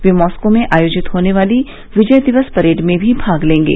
वे Moscow में आयोजित होने वाली विजय दिवस परेड में भी भाग लेंगे